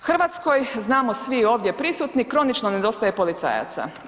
Hrvatskoj znamo svi ovdje prisutni, kronično nedostaje policajaca.